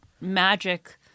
magic